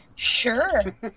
Sure